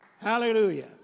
Hallelujah